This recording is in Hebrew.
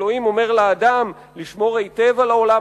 כשאלוהים אומר לאדם לשמור היטב על העולם